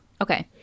Okay